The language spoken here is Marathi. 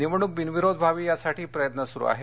निवडणूक बिनविरोध व्हावी यासाठी प्रयत्न सुरू आहेत